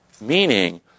Meaning